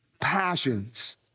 passions